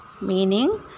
meaning